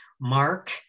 Mark